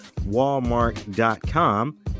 Walmart.com